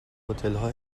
هتلهای